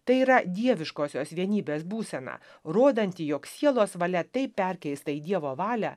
tai yra dieviškosios vienybės būsena rodanti jog sielos valia taip perkeista į dievo valią